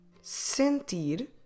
Sentir